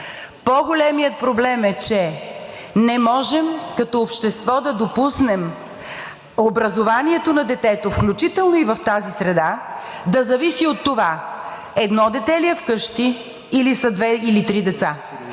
По-големият проблем е, че не можем като общество да допуснем образованието на детето, включително и в тази среда, да зависи от това едно дете ли е вкъщи, или са две, или три деца,